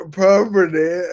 property